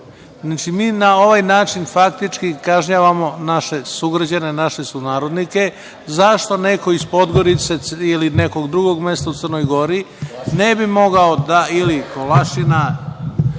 mi na ovaj način faktički kažnjavamo naše sugrađane, naše sunarodnike. Zašto neko iz Podgorice ili nekog drugog mesta u Crnoj Gori, Kolašina,